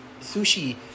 sushi